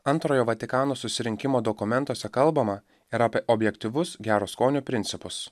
antrojo vatikano susirinkimo dokumentuose kalbama ir apie objektyvius gero skonio principus